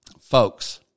Folks